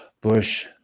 Bush